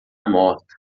morta